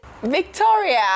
Victoria